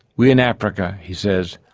we in africa he says,